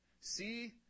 See